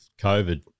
COVID